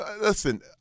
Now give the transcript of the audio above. listen